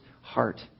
heart